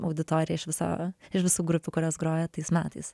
auditoriją iš viso iš visų grupių kurios groja tais metais